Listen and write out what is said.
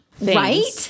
Right